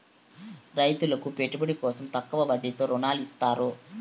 రైతులకు పెట్టుబడి కోసం తక్కువ వడ్డీతో ఋణాలు ఇత్తారు